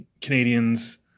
Canadians